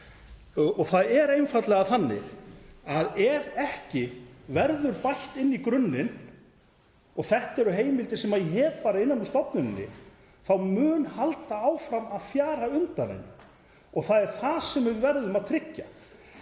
Það er einfaldlega þannig að ef ekki verður bætt inn í grunninn, og þetta eru heimildir sem ég hef bara innan úr stofnuninni, þá mun halda áfram að fjara undan henni og það er það sem við verðum að tryggja.